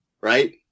right